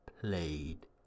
played